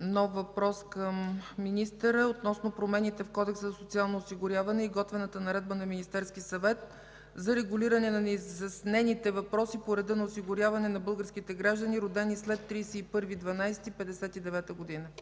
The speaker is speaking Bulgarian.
нов въпрос към министъра относно промените в Кодекса за социално осигуряване и готвената наредба на Министерския съвет за регулиране на неизяснените въпроси по реда на осигуряване на българските граждани, родени след 31 декември